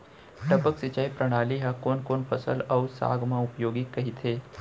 टपक सिंचाई प्रणाली ह कोन कोन फसल अऊ साग म उपयोगी कहिथे?